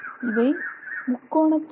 இவை முக்கோண தளம்